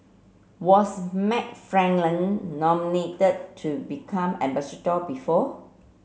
was McFarland nominated to become ambassador before